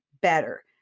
better